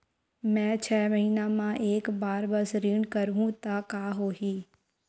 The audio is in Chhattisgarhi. मैं छै महीना म एक बार बस ऋण करहु त का होही?